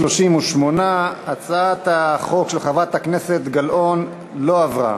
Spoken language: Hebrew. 38. הצעת החוק של חברת הכנסת גלאון לא עברה.